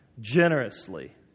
generously